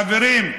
חברים,